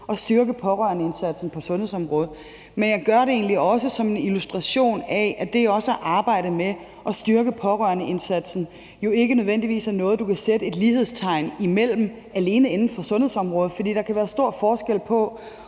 at styrke pårørendeindsatsen på sundhedsområdet, men jeg gør det egentlig også som en illustration af, at det at arbejde med at styrke pårørendeindsatsen jo ikke nødvendigvis er noget, som er ens på sundhedsområdet, for der kan være stor forskel på